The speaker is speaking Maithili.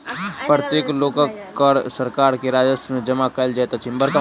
प्रत्येक लोकक कर सरकार के राजस्व में जमा कयल जाइत अछि